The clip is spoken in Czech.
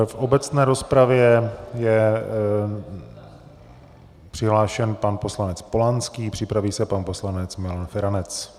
V obecné rozpravě je přihlášen pan poslanec Polanský, připraví se pan poslanec Milan Feranec.